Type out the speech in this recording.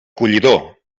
collidor